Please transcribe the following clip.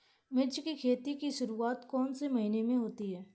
मिर्च की खेती की शुरूआत कौन से महीने में होती है?